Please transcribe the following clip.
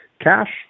Cash